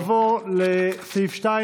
עופר כסיף,